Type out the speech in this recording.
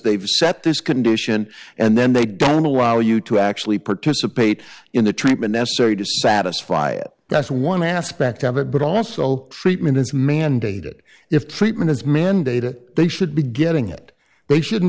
they've set this condition and then they don't allow you to actually participate in the treatment necessary to satisfy it that's one aspect of it but also treatment is mandated if treatment is mandated they should be getting it they shouldn't